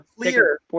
clear